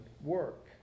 work